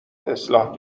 اصلاح